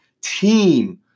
team